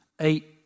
eight